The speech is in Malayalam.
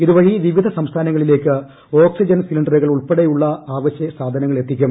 ഇതുവഴി വിവിധ സംസ്ഥാന ങ്ങളിലേക്ക് ഓക്സിജൻ സിലിണ്ടറുകൾ ഉൾപ്പെടെയുള്ള അവശ്യസാധനങ്ങൾ എത്തിക്കും